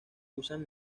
usan